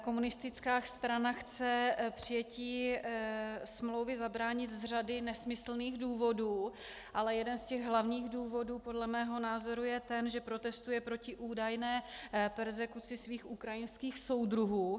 Komunistická strana chce přijetí smlouvy zabránit z řady nesmyslných důvodů, ale jeden z hlavních důvodů podle mého názoru je ten, že protestuje proti údajné perzekuci svých ukrajinských soudruhů.